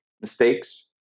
mistakes